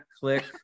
click